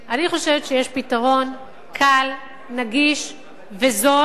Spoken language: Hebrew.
אני חושבת שיש פתרון קל, נגיש וזול,